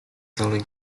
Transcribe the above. sailing